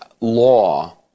law